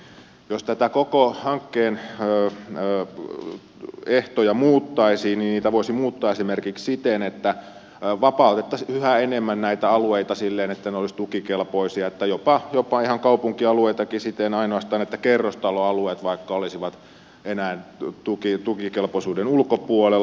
jos koko hankkeen ehtoja muuttaisi niin niitä voisi muuttaa esimerkiksi siten että vapautettaisiin yhä enemmän näitä alueita silleen että ne olisivat tukikelpoisia jopa ihan kaupunkialueitakin siten että ainoastaan vaikka kerrostaloalueet olisivat enää tukikelpoisuuden ulkopuolella